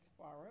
Farah